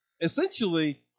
essentially